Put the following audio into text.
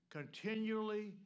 continually